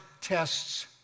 tests